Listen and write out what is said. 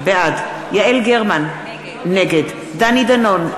בעד יעל גרמן, נגד דני דנון,